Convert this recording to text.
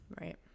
Right